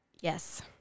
Yes